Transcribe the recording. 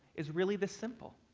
is really this simple.